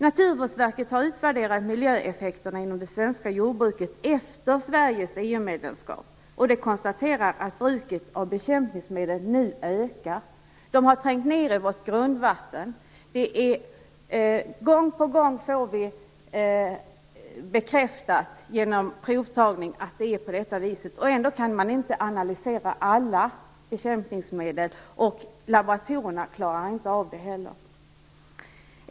Naturvårdsverket har utvärderat miljöeffekterna inom det svenska jordbruket efter Sveriges EU medlemskap, och verket konstaterar att bruket av bekämpningsmedel nu ökar. Medlen har trängt ned i vårt grundvatten. Gång på gång får vi bekräftat genom provtagning att det är på detta vis, och ändå kan man inte analysera alla bekämpningsmedel. Laboratorierna klarar inte heller av det.